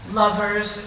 lovers